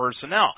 personnel